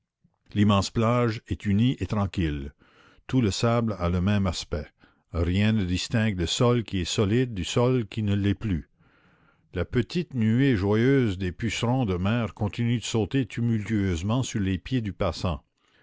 l'immense plage est unie et tranquille tout le sable a le même aspect rien ne distingue le sol qui est solide du sol qui ne l'est plus la petite nuée joyeuse des pucerons de mer continue de sauter tumultueusement sur les pieds du passant